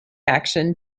action